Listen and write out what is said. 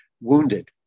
wounded